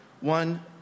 one